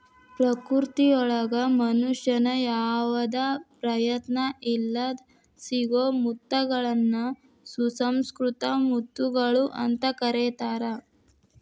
ಪ್ರಕೃತಿಯೊಳಗ ಮನುಷ್ಯನ ಯಾವದ ಪ್ರಯತ್ನ ಇಲ್ಲದ್ ಸಿಗೋ ಮುತ್ತಗಳನ್ನ ಸುಸಂಕೃತ ಮುತ್ತುಗಳು ಅಂತ ಕರೇತಾರ